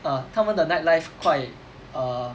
ah 他们的 nightlife quite err